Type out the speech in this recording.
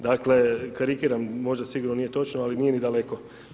Dakle, karikiram, možda sigurno nije točno, ali nije ni daleko.